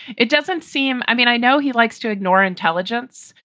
it doesn't seem. i mean, i know he likes to ignore intelligence,